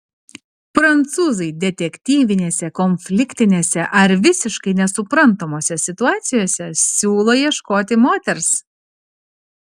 prancūzai detektyvinėse konfliktinėse ar visiškai nesuprantamose situacijose siūlo ieškoti moters